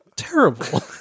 Terrible